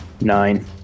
Nine